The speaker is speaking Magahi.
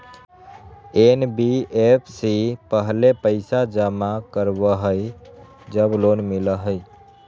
एन.बी.एफ.सी पहले पईसा जमा करवहई जब लोन मिलहई?